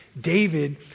David